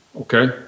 Okay